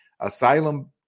asylum